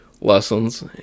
lessons